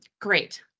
great